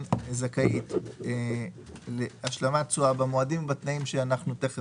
הזכאית השלמת תשואה במועדים ובתנאים שעוד מעט